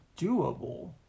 doable